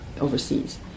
overseas